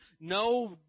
No